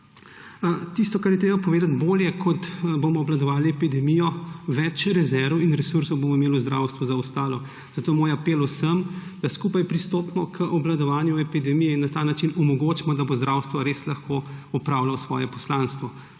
Tisto, kar je treba povedati, je, bolje kot bomo obvladovali epidemijo, več rezerv in resursov bomo imeli v zdravstvu za ostalo. Zato moj apel vsem, da skupaj pristopimo k obvladovanju epidemije in na ta način omogočimo, da bo zdravstvo res lahko opravljalo svoje poslanstvo.